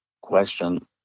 question